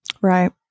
Right